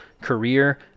career